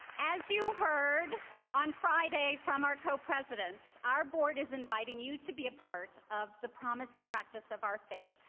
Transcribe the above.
as you heard on friday from our co-presidents, our board is inviting you to be a part of the promise and practice of our faith,